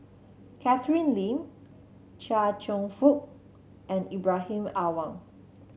Catherine Lim Chia Cheong Fook and Ibrahim Awang